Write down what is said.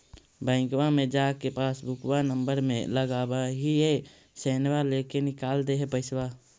बैंकवा मे जा के पासबुकवा नम्बर मे लगवहिऐ सैनवा लेके निकाल दे है पैसवा?